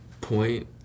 point